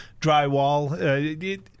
drywall